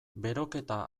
beroketa